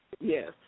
yes